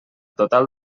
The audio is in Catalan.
total